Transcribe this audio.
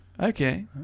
okay